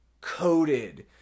coated